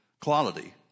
quality